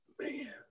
man